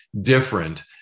different